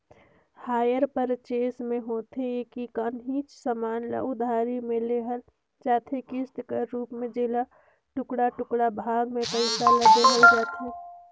hire purchase में होथे ए कि काहींच समान ल उधारी में लेहल जाथे किस्त कर रूप में जेला टुड़का टुड़का भाग में पइसा ल देहल जाथे